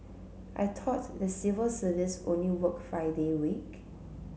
I thought the civil service only work five day week